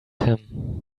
him